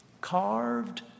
carved